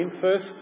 first